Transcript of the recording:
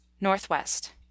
northwest